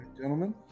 gentlemen